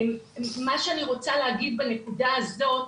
מה שאני רוצה להגיד בנקודה הזאת,